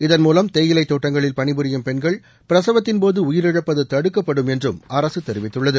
இதன் மூலம் தேயிலை தோட்டங்களில் பணிபுரியும் பெண்கள் பிரசவத்தின்போது உயிரிழப்பது தடுக்கப்படும் என்றும் அரசு தெரிவித்துள்ளது